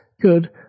good